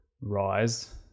rise